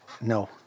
No